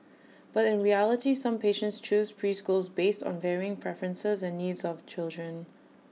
but in reality some patients choose preschools based on varying preferences and needs of children